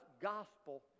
gospel